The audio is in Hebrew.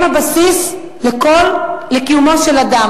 הם הבסיס לקיומו של אדם,